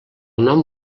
nom